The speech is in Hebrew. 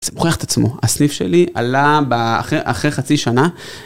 זה מוכיח את עצמו, הסניף שלי עלה אחרי חצי שנה.